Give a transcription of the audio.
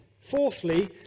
Fourthly